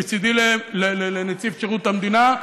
מצידי לנציב שירות המדינה.